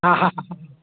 हा हा